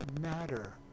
matter